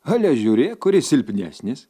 ale žiūrėk kuris silpnesnis